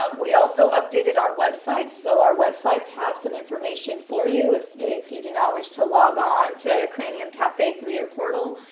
um we also updated our websites, so our websites have some information for you if if you do not wish to log on to cranium cafe through your portal.